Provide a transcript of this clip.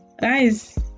guys